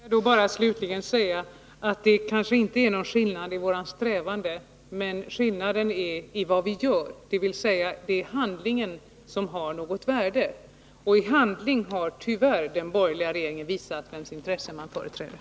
Herr talman! Jag vill då bara slutligen säga: Det är kanske inte någon skillnad mellan våra strävanden, men det är en skillnad mellan vad vi gör, och det är handlingen som har något värde. Och i handling har den borgerliga regeringen tyvärr visat vems intressen den företräder.